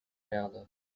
another